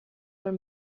were